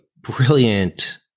brilliant